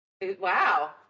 Wow